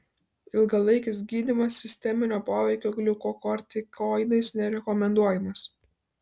ilgalaikis gydymas sisteminio poveikio gliukokortikoidais nerekomenduojamas